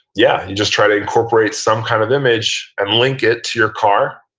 yeah, you just try to incorporate some kind of image and link it to your car,